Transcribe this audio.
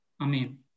Amen